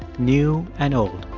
new and old.